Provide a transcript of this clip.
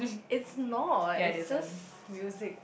is not is just music